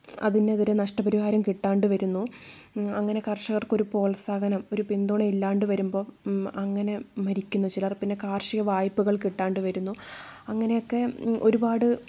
അതിനെതിരെ നഷ്ടപരിഹാരം കിട്ടാണ്ട് വരുന്നു അങ്ങനെ കർഷകർക്കൊരു പ്രോത്സാഹനം ഒരു പിന്തുണ ഇല്ലാണ്ട് വരുമ്പം അങ്ങനെ മരിക്കുന്നു ചിലർ പിന്നെ കാർഷിക വായ്പകൾ കിട്ടാണ്ട് വരുന്നു അങ്ങനെയൊക്കെ ഒരുപാട്